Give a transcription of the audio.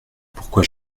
pourquoi